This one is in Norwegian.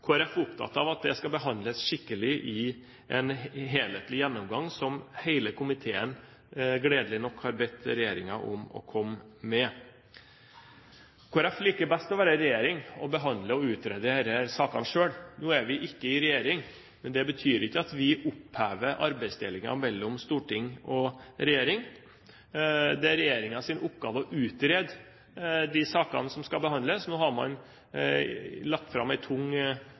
Folkeparti er opptatt av at det skal behandles skikkelig, i en helhetlig gjennomgang som hele komiteen gledelig nok har bedt regjeringen om å komme med. Kristelig Folkeparti liker best å være i regjering og behandle og utrede disse sakene selv. Nå er vi ikke i regjering, men det betyr ikke at vi opphever arbeidsdelingen mellom storting og regjering. Det er regjeringens oppgave å utrede de sakene som skal behandles. Nå har man lagt fram